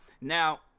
now